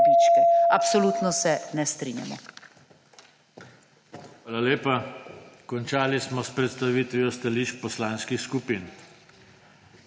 Absolutno se ne strinjamo.